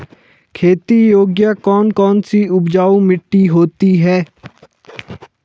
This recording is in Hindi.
खेती योग्य कौन कौन सी उपजाऊ मिट्टी होती है?